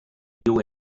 viu